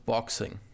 Boxing